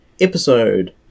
episode